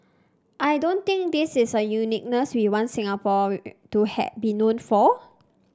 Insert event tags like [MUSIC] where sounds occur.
I don't think this is a uniqueness we want Singapore to [UNINTELLIGIBLE] be known for